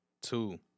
two